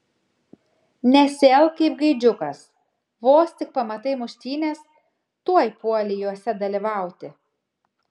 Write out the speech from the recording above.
nesielk kaip gaidžiukas vos tik pamatai muštynes tuoj puoli jose dalyvauti